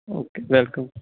okay welcome